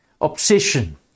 obsession